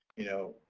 you know,